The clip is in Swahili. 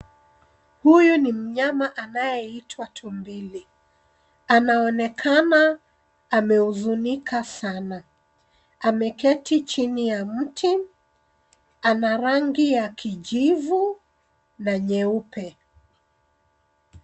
Huyu ni mnyama anayeitwa tumbili. Anaonekana amehuzunika sana. Ameketi chini ya mti. Ana rangi ya kijivu na nyeupe.